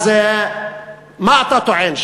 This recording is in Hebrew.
אז מה אתה טוען,